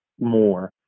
more